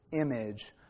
image